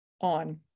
on